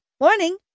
Morning